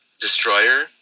Destroyer